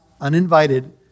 uninvited